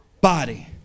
body